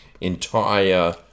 Entire